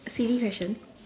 silly question